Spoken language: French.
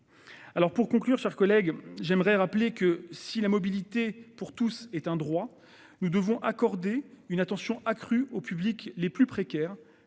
Pour conclure, j'aimerais rappeler que, si la mobilité pour tous est un droit, nous devons accorder une attention accrue aux publics les plus précaires,